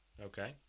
Okay